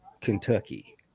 Kentucky